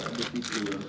takde Twitter ah